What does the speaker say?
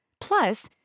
Plus